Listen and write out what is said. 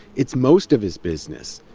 it's most of his business.